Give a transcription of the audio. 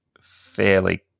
fairly